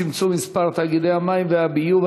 צמצום מספר תאגידי המים והביוב),